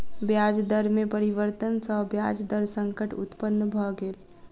ब्याज दर में परिवर्तन सॅ ब्याज दर संकट उत्पन्न भ गेल